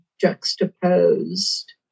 juxtaposed